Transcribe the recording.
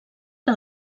que